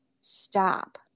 stop